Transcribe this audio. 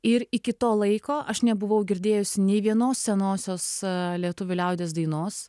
ir iki to laiko aš nebuvau girdėjusi nei vienos senosios lietuvių liaudies dainos